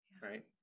right